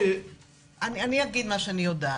אני אומר מה שאני יודע.